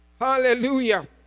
hallelujah